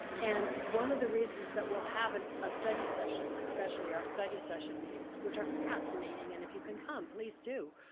and one of the reasons that we'll have and a study session, especially our study session meetings, which are fascinating and if you can come, please do.